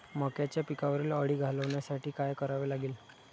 मक्याच्या पिकावरील अळी घालवण्यासाठी काय करावे लागेल?